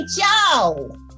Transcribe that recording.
Joe